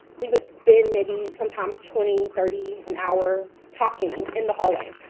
we would spend maybe sometimes twenty, thirty, an hour talking in the hallway.